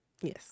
Yes